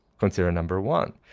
considered number one,